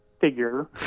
figure